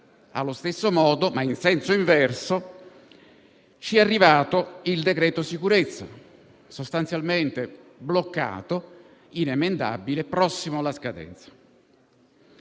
allo stesso modo, ma in senso inverso, ci è arrivato il decreto sicurezza; sostanzialmente bloccato, inemendabile e prossimo alla scadenza.